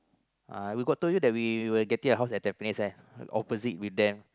uh we got told you that we were getting a house in Tampines eh opposite with them